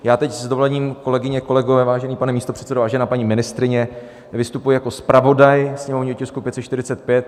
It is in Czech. Já teď s dovolením, kolegyně, kolegové, vážený pane místopředsedo, vážená paní ministryně, vystupuji jako zpravodaj ke sněmovnímu tisku 545.